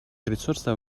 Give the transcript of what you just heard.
ресурсов